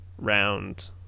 round